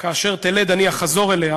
כאשר תלד אני אחזור אליה